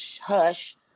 hush